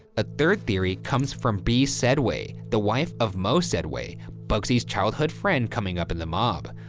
a third theory comes from bee sedway, the wife of moe sedway, bugsy's childhood friend coming up in the mob.